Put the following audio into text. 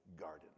garden